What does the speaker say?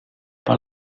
par